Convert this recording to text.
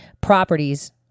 properties